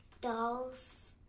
dolls